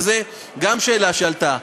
וזו גם שאלה שעלתה,